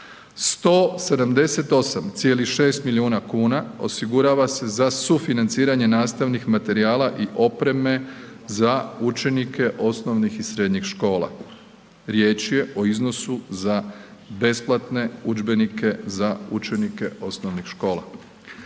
178,6 milijuna kuna osigurava se za sufinanciranje nastavnih materijala i opreme za učenike osnovnih i srednjih škola, riječ je o iznosu za besplatne udžbenike za učenike osnovnih škola.